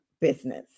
business